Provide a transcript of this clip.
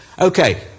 Okay